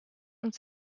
und